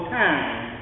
time